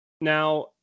now